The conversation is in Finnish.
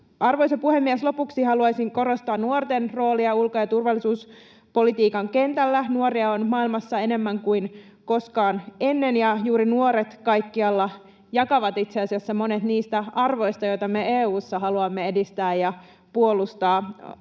Arvoisa puhemies! Lopuksi haluaisin korostaa nuorten roolia ulko- ja turvallisuuspolitiikan kentällä. Nuoria on maailmassa enemmän kuin koskaan ennen, ja juuri nuoret kaikkialla jakavat itse asiassa monet niistä arvoista, joita me EU:ssa haluamme edistää ja puolustaa.